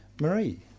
Marie